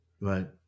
Right